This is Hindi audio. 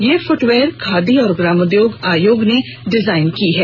यह फूटवियर खादी और ग्रामोद्योग आयोग ने डिजाइन किये हैं